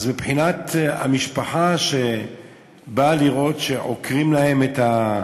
אז מבחינת המשפחה שבאה לראות שעוקרים להם את,